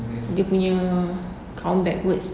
dia punya count backwards